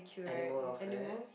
animal welfare